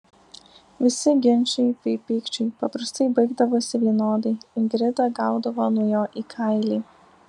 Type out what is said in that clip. visi ginčai bei pykčiai paprastai baigdavosi vienodai ingrida gaudavo nuo jo į kailį